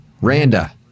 Randa